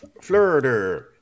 Florida